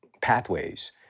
pathways